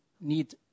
need